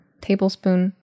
tablespoon